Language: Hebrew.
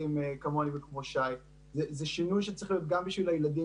כמוני וכמו שי אלא זה שינוי שצריך להיות גם בשביל הילדים,